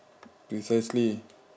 precisely